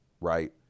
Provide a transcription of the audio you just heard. right